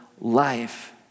life